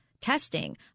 testing